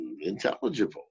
intelligible